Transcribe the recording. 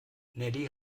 nelly